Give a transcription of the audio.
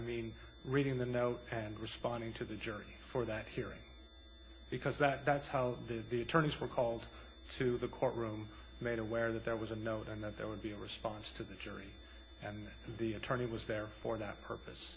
mean reading the know and responding to the jury for that hearing because that is how do the attorneys were called to the courtroom made aware that there was a note and that there would be a response to the jury and the attorney was there for that purpose